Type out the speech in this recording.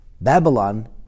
Babylon